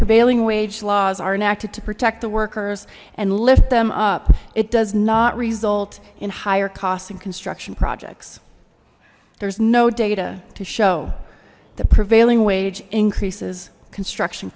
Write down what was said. prevailing wage laws are enacted to protect the workers and lift them up it does not result in higher costs and construction projects there's no data to show the prevailing wage increases construction